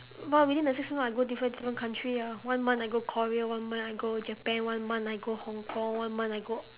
what within the six month I go different different country ah one month I go korea one month I go japan one month I go hong-kong one month I go